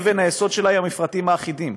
היא המפרטים האחידים,